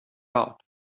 art